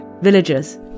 villagers